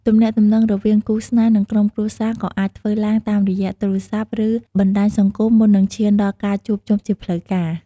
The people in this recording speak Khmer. ទំនាក់ទំនងរវាងគូស្នេហ៍ និងក្រុមគ្រួសារក៏អាចធ្វើឡើងតាមរយៈទូរស័ព្ទ ឬបណ្ដាញសង្គមមុននឹងឈានដល់ការជួបជុំជាផ្លូវការ។